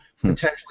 potentially